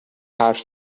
حرف